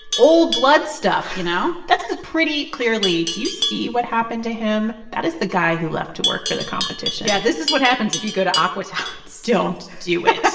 old blood stuff, you know? that's pretty clearly do you see what happened to him? that is the guy who left to work for the competition yeah, this is what happens if you go to aqua tots don't do it